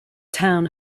town